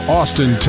Austin